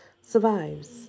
survives